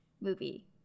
movie